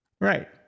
Right